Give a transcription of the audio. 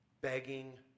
begging